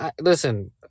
listen